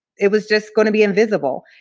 it was just going to be invisible.